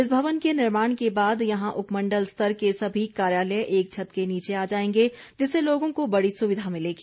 इस भवन के निर्माण के बाद यहां उपमण्डल स्तर के सभी कार्यालय एक छत के नीचे आ जाएंगे जिससे लोगों को बड़ी सुविधा मिलेगी